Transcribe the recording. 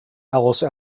alice